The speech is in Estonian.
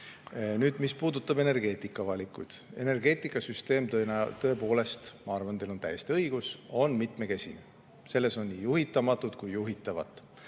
edasi. Mis puudutab energeetikavalikuid, siis energeetikasüsteem, tõepoolest, ma arvan, teil on täiesti õigus, on mitmekesine, selles on nii juhitamatut kui ka juhitavat.